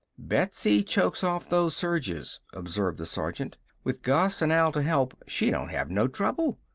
betsy chokes off those surges, observed the sergeant. with gus and al to help, she don't have no trouble.